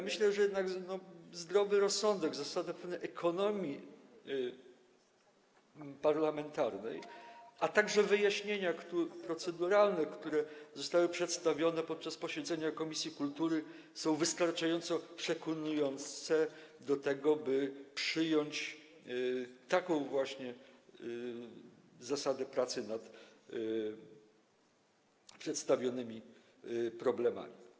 Myślę, że jednak zdrowy rozsądek, zasada ekonomii parlamentarnej, a także wyjaśnienia proceduralne, które zostały przedstawione podczas posiedzenia komisji kultury, są wystarczająco przekonujące, by przyjąć taką właśnie zasadę pracy nad przedstawionymi problemami.